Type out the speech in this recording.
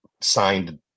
signed